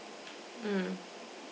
mm